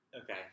Okay